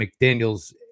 McDaniels